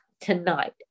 tonight